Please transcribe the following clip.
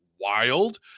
wild